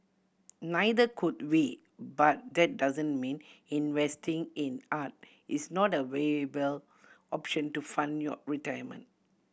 neither could we but that doesn't mean investing in art is not a viable option to fund your retirement